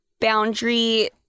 boundary